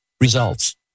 Results